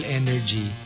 energy